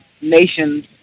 nations